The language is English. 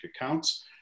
accounts